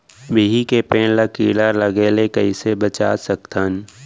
बिही के पेड़ ला कीड़ा लगे ले कइसे बचा सकथन?